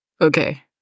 Okay